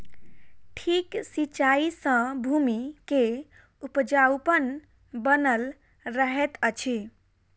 ठीक सिचाई सॅ भूमि के उपजाऊपन बनल रहैत अछि